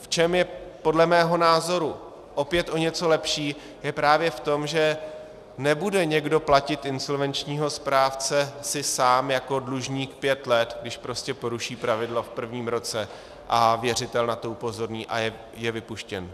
V čem je podle mého názoru opět o něco lepší, je právě v tom, že si nebude někdo platit insolvenčního správce sám jako dlužník pět let, když prostě poruší pravidla v prvním roce a věřitel na to upozorní, a je vypuštěn.